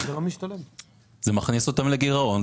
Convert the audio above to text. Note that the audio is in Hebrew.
זה מכניס אותם לגירעון.